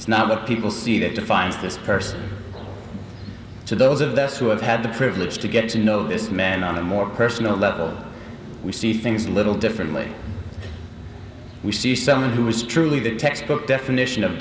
it's not what people see that defines this person so those of those who have had the privilege to get to know this man on a more personal level we see things a little differently we see someone who is truly the textbook definition of